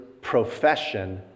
profession